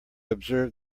observe